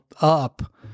up